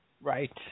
Right